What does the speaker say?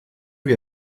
wie